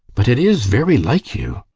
but it is very like you.